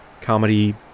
comedy